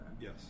Yes